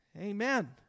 Amen